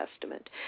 Testament